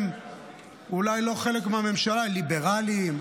הן אולי לא חלק מהממשלה: ליברלים,